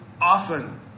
often